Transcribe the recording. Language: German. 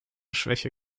schwäche